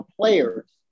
players